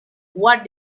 what